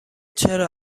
چرا